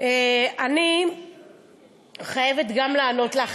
אני חייבת גם לענות לך,